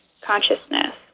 consciousness